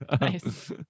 Nice